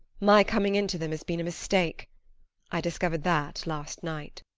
my coming into them has been a mistake i discovered that last night.